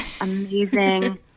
amazing